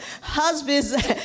Husbands